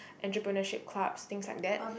entrepreneurship clubs things like that